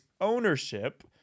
ownership